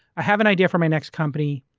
i have an idea for my next company.